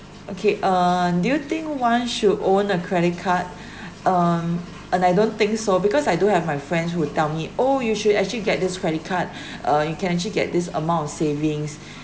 okay uh do you think one should own a credit card um and I don't think so because I do have my friends who would tell me oh you should actually get this credit card uh you can actually get this amount of savings